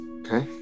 okay